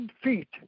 feet